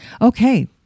okay